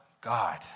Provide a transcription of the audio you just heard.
God